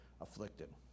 afflicted